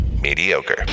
mediocre